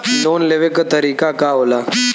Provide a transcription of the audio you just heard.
Loan लेवे क तरीकाका होला?